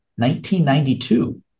1992